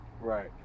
Right